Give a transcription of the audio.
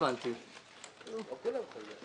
היטלי הביוב.